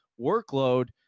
workload